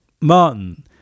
Martin